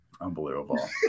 Unbelievable